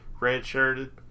red-shirted